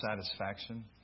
satisfaction